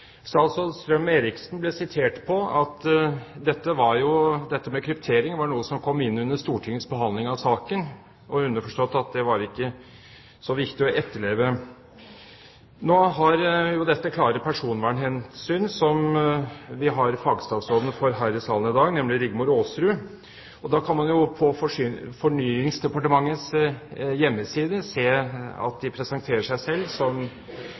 Statsråd Strøm-Erichsen ble sitert på at dette med kryptering var noe som kom inn under Stortingets behandling av saken, underforstått at det var ikke så viktig å etterleve. Nå har jo dette klare personvernhensyn, som vi har fagstatsråden for her i salen i dag, nemlig Rigmor Aasrud, og da kan man jo på Fornyings-, administrasjons- og kirkedepartementets hjemmeside se at de presenterer seg selv som